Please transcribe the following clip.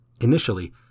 Initially